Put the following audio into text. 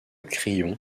crillon